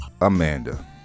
Amanda